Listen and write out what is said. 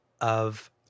of-